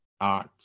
art